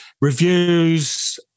reviews